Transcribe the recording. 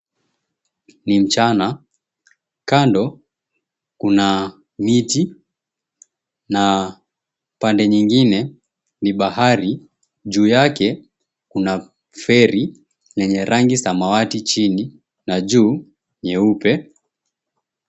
Ni mchana kando kuna miti na pande nyingine kuna bahari juu yake kuna feri yenye rangi samawati chini na juu nyeupe.